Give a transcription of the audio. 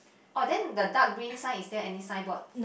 oh then the dark green sign is there any signboard